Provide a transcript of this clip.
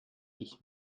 ich